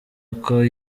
uko